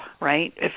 right